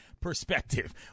perspective